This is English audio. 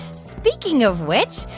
speaking of which,